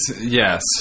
yes